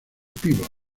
pívot